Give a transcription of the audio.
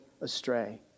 astray